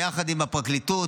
יחד עם הפרקליטות,